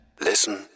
Listen